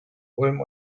ulm